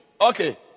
Okay